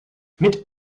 mit